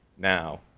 now,